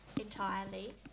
entirely